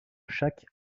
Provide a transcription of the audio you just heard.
chaque